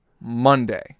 Monday